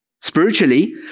spiritually